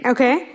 Okay